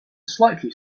slightly